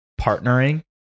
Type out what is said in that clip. partnering